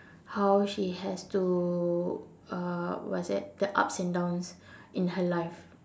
how she has to uh what's that the ups and downs in her life